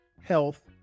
health